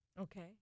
Okay